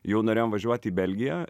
jau norėjom važiuot į belgiją